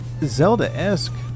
Zelda-esque